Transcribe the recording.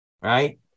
right